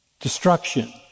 destruction